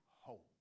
hope